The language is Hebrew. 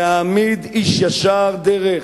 להעמיד איש ישר דרך,